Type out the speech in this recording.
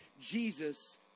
Jesus